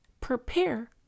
prepare